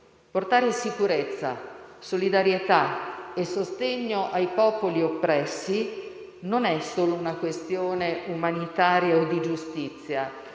Portare sicurezza, solidarietà e sostegno ai popoli oppressi non è solo una questione umanitaria o di giustizia: